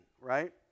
right